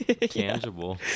tangible